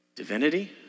Divinity